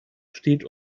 steht